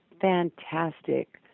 fantastic